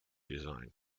design